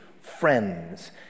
friends